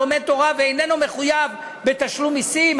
לומד תורה ואיננו מחויב בתשלום מסים,